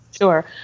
Sure